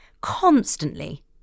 Constantly